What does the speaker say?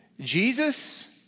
Jesus